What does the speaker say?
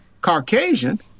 Caucasian